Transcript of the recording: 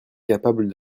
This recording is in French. capable